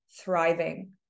thriving